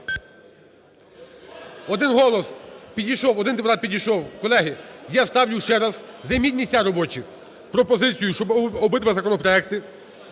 Один голос, підійшов, один депутат підійшов. Колеги, я ставлю ще раз, займіть місця робочі, пропозицію, щоб обидва законопроекти